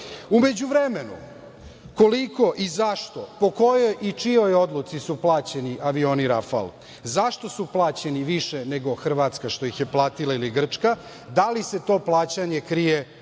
međuvremenu koliko i zašto i po kojoj i čijoj odluci su plaćeni avioni „Rafal“? Zašto su plaćeni više nego Hrvatska što ih je platila ili Grčka? Da li se to plaćanje krije u